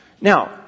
Now